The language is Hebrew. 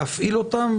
להפעיל אותם,